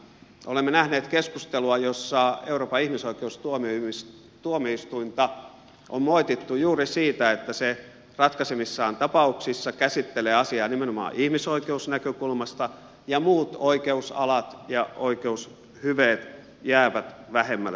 olemme nähneet keskustelua jossa euroopan ihmisoikeustuomioistuinta on moitittu juuri siitä että se ratkaisemissaan tapauksissa käsittelee asiaa nimenomaan ihmisoikeusnäkökulmasta ja muut oikeusalat ja oikeushyveet jäävät vähemmälle huomiolle